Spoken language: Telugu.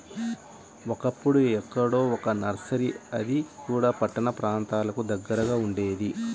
ఒకప్పుడు ఎక్కడో ఒక్క నర్సరీ అది కూడా పట్టణ ప్రాంతాలకు దగ్గరగా ఉండేది